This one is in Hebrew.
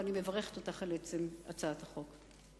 ואני מברכת אותך על עצם הצעת החוק.